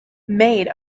made